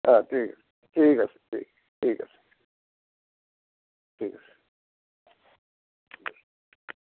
হ্যাঁ ঠিক আছে ঠিক আছে ঠিক আছে ঠিক আছে